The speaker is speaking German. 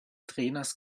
trainers